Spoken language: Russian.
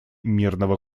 мирного